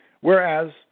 Whereas